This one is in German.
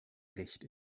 recht